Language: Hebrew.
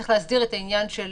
צריך להסדיר את העניין של